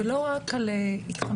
ולא רק התחמשות